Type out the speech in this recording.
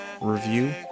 review